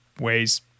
ways